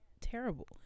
terrible